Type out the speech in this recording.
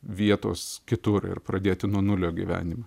vietos kitur ir pradėti nuo nulio gyvenimą